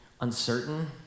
uncertain